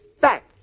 back